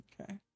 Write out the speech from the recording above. Okay